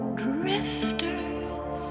drifters